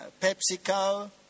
PepsiCo